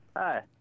Hi